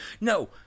No